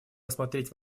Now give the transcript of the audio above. рассмотреть